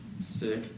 Sick